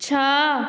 ଛଅ